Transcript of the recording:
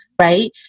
right